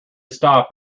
stop